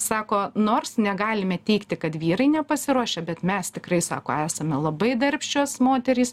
sako nors negalime teigti kad vyrai nepasiruošę bet mes tikrai sako esame labai darbščios moterys